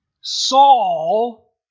Saul